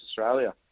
Australia